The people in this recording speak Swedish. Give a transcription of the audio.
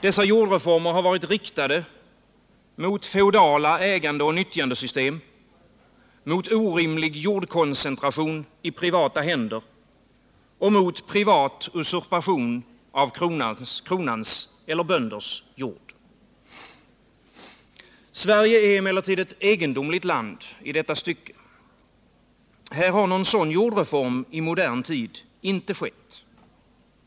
Dessa jordreformer har varit riktade mot feodala ägandeoch nyttjandesystem, mot orimlig jordkoncentration i privata händer och mot usurpation av kronans eller bönders jord. Sverige är emellertid ett egendomligt land i detta stycke. Här har någon sådan jordreform i modern tid inte skett.